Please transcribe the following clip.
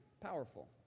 powerful